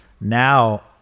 now